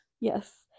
Yes